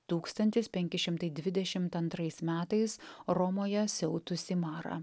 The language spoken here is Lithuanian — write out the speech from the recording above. tūkstantis penki šimtai dvidešimt antrais metais romoje siautusį marą